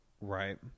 Right